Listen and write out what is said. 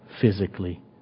physically